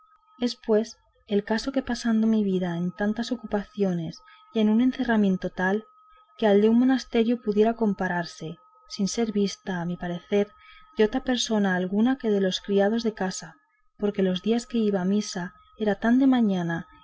pues el caso que pasando mi vida en tantas ocupaciones y en un encerramiento tal que al de un monesterio pudiera compararse sin ser vista a mi parecer de otra persona alguna que de los criados de casa porque los días que iba a misa era tan de mañana